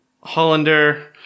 Hollander